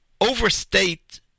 overstate